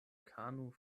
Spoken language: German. kanu